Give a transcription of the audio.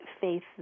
faith